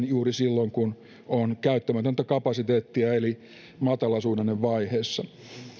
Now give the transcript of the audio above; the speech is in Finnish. juuri silloin kun on käyttämätöntä kapasiteettia eli matalasuhdannevaiheessa